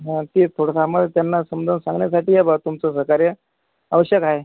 बाकी थोडंफार आम्हाला त्यांना समजावून सांगण्यासाठी आहे बा तुमचं सहकार्य आवश्यक आहे